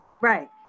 Right